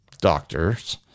doctors